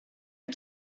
had